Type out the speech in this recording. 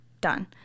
done